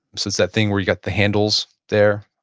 so it's that thing where you got the handles there.